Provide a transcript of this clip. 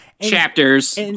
Chapters